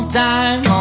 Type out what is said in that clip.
time